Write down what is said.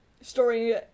story